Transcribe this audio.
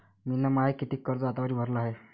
मिन माय कितीक कर्ज आतावरी भरलं हाय?